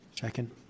Second